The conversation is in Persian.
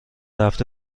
هفته